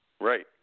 Right